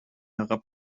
herab